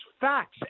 facts